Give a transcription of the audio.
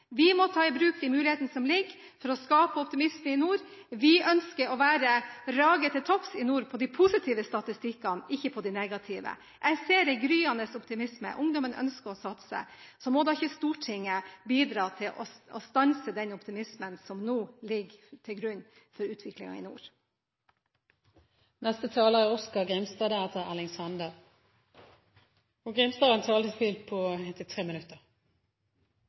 Vi må ta i bruk de mulighetene som ligger for å skape optimisme i nord. Vi ønsker å rage til topps i nord – på de positive statistikkene, ikke på de negative. Jeg ser en gryende optimisme, ungdommen ønsker å satse, og da må ikke Stortinget bidra til å stanse den optimismen som nå ligger til grunn for utviklingen i nord. Det er i grunnen underleg å høyre representanten Lange Nordahl når ho raljerer over dei borgarlege og